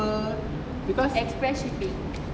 express shipping